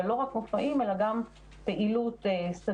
ולא רק מופעים אלא גם פעילות סדנאית,